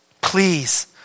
Please